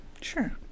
Sure